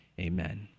Amen